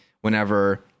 whenever